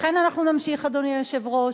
לכן אנחנו נמשיך, אדוני היושב-ראש,